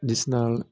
ਜਿਸ ਨਾਲ